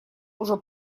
уже